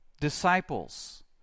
disciples